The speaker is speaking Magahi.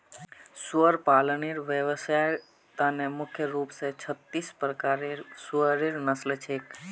सुअर पालनेर व्यवसायर त न मुख्य रूप स छत्तीस प्रकारेर सुअरेर नस्ल छेक